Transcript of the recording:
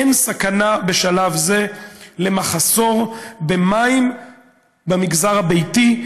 אין סכנה בשלב זה למחסור במים במגזר הביתי.